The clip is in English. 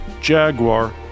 Jaguar